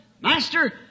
Master